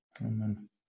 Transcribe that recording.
Amen